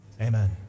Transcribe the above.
Amen